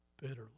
bitterly